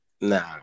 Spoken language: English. Nah